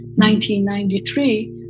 1993